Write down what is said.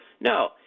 No